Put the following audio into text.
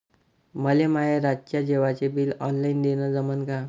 मले माये रातच्या जेवाचे पैसे ऑनलाईन देणं जमन का?